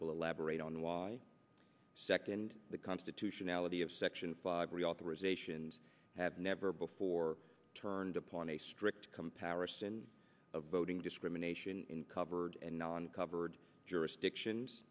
will elaborate on why second the constitutionality of section five reauthorization and have never before turned upon a strict comparison of voting discrimination in covered and non covered jurisdictions